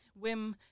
Wim